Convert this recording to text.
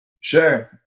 Sure